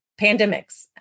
pandemics